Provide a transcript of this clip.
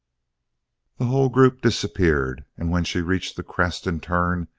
the whole group disappeared, and when she reached the crest in turn,